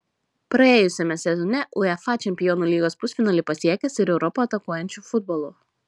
praėjusiame sezone uefa čempionų lygos pusfinalį pasiekęs ir europą atakuojančiu futbolu